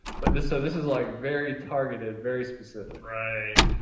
but this, so this is like very targeted. very specific. right.